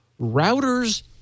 routers